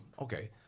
Okay